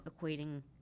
equating